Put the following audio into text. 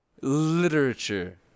Literature